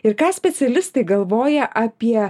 ir ką specialistai galvoja apie